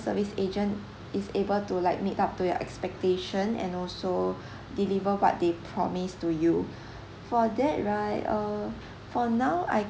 service agent is able to like meet up to your expectation and also deliver what they promise to you for that right uh for now